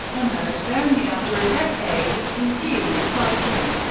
emerged only after a decade of confused fighting.